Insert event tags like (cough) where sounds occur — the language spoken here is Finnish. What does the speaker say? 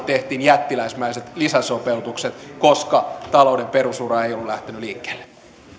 (unintelligible) tehtiin jättiläismäiset lisäsopeutukset koska talouden perusura ei ollut lähtenyt liikkeelle